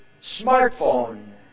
smartphone